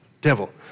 devil